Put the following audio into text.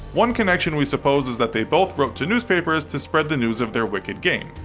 one connection we suppose is that they both wrote to newspapers to spread the news of their wicked game.